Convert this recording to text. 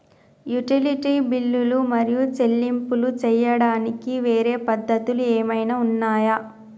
Utility బిల్లులు మరియు చెల్లింపులు చేయడానికి వేరే పద్ధతులు ఏమైనా ఉన్నాయా?